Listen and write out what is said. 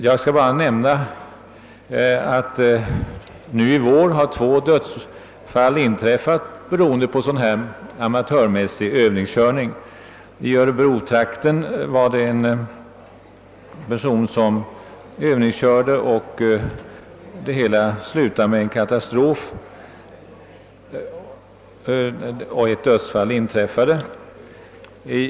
Jag vill bara nämna att nu i vår har två dödsfall inträffat, som berott på dylik amatörmässig övningskörning. I örebrotrakten var det en person som övningskörde. Det hela slutade med en katastrof och ett dödsfall inträffade.